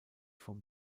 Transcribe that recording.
vom